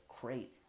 crazy